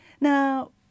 Now